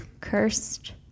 Cursed